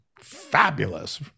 fabulous